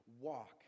walk